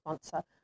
sponsor